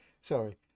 sorry